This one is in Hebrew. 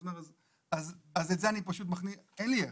אז אין לי איך,